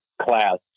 class